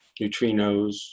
neutrinos